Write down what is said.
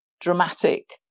dramatic